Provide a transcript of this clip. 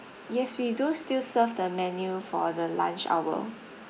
yes we do still serve the menu for the lunch hour